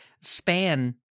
span